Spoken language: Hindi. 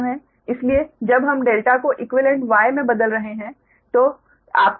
इसलिए जब हम ∆ को इक्वीवेलेंट Y में बदल रहे हैं